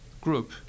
group